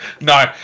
No